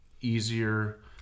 easier